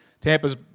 Tampa's